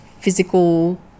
physical